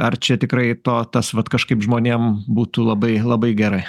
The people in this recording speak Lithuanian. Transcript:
ar čia tikrai to tas vat kažkaip žmonėm būtų labai labai gerai